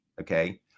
okay